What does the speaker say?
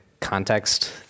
context